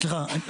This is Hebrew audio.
סליחה,